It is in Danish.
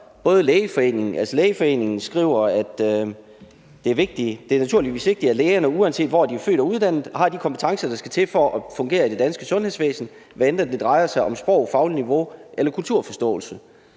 Lægeforeningen skriver, at det naturligvis er vigtigt, at lægerne, uanset hvor de er født og uddannet, har de kompetencer, der skal til, for at fungere i det danske sundhedsvæsen, hvad enten det drejer sig om sprog, fagligt niveau eller kulturforståelse.